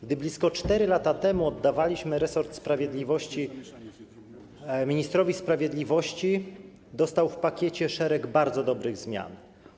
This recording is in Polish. Gdy blisko 4 lata temu oddawaliśmy resort sprawiedliwości ministrowi sprawiedliwości, dostał on w pakiecie szereg bardzo dobrych zmian.